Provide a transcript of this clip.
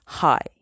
Hi